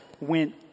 went